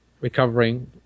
recovering